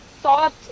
Thought